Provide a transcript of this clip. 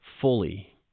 fully